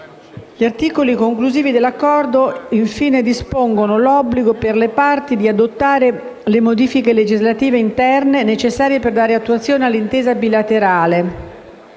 Gli articoli conclusivi dell'Accordo dispongono l'obbligo per le parti di adottare le modifiche legislative interne necessarie per dare attuazione all'intesa bilaterale